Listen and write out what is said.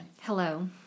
Hello